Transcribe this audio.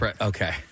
Okay